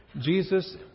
Jesus